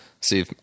See